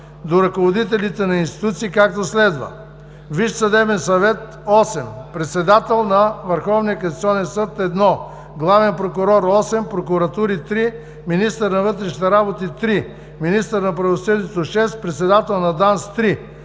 до ръководителите на институции, както следва: